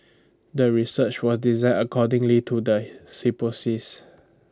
the research was designed accordingly to the hypothesis